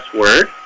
word